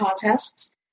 contests